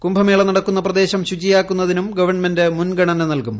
കുംഭൂമേള് നട്ക്കുന്ന പ്രദേശം ശുചിയാക്കുന്നതിനും ഗവൺമെന്റെ മുൻഗണന നൽകും